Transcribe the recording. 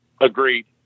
Agreed